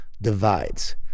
Divides